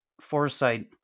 foresight